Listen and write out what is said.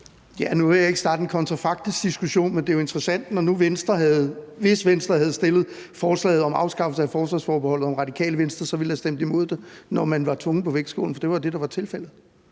Nu vil jeg ikke starte en kontrafaktisk diskussion, men hvis Venstre havde stillet forslaget om afskaffelse af forsvarsforbeholdet, kunne det jo være interessant at vide, om Radikale Venstre så ville have stemt imod det, når man var tungen på vægtskålen. For det var jo det, der var tilfældet.